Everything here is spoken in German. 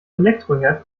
elektroherd